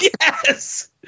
Yes